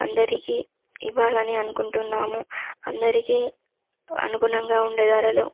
అందరికీ ఇవ్వాలని అనుకుంటున్నాము అందరికీ అనుగుణంగా ఉండే ధరలు